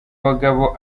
bagabo